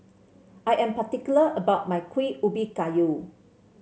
I am particular about my Kuih Ubi Kayu